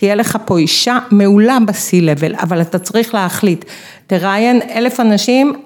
‫תהיה לך פה אישה מעולה בסי-לבל, ‫אבל אתה צריך להחליט. ‫תראיין, אלף אנשים.